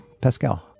Pascal